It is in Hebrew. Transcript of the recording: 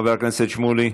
חבר הכנסת שמולי,